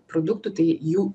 produktų tai jų